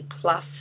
plus